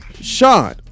sean